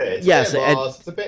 yes